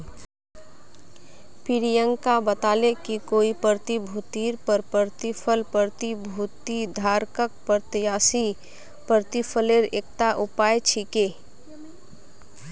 प्रियंका बताले कि कोई प्रतिभूतिर पर प्रतिफल प्रतिभूति धारकक प्रत्याशित प्रतिफलेर एकता उपाय छिके